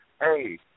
hey